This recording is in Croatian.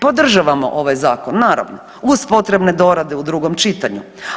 Podržavamo ovaj Zakon, naravno, uz potrebne dorade u drugom čitanju.